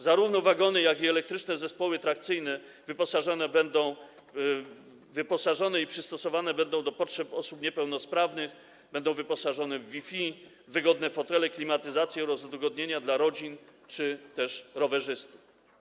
Zarówno wagony, jak i elektryczne zespoły trakcyjne wyposażone będą, przystosowane będą do potrzeb osób niepełnosprawnych, będą wyposażone w Wi-Fi, wygodne fotele, klimatyzację oraz udogodnienia dla rodzin czy też rowerzystów.